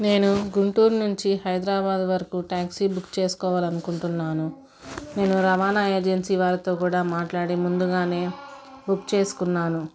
నేను గుంటూరు నుంచి హైదరాబాద్ వరకు టాక్సీ బుక్ చేసుకోవాలి అనుకుంటున్నాను నేను రవాణా ఏజెన్సీ వారితో కూడా మాట్లాడి ముందుగా బుక్ చేసుకున్నాను